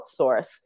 outsource